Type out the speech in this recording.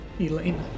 Elaine